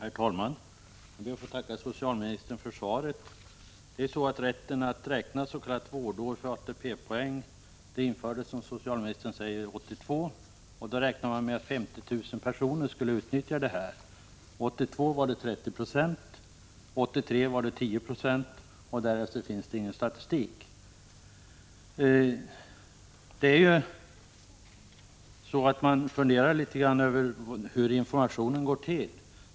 Herr talman! Jag ber att få tacka socialministern för svaret. Rätten att räkna s.k. vårdår för ATP-poäng infördes, som socialministern sade, 1982. Då uppskattades att 50 000 skulle utnyttja denna förmån. 1982 var det 30 20 och 1983 var det 10 20 av de berättigade som gjorde det. Därefter finns det ingen statistik. Jag funderar litet över hur informationen går till.